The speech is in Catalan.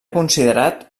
considerat